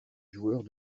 joueurs